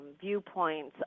viewpoints